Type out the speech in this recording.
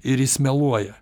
ir jis meluoja